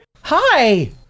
Hi